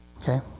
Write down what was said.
Okay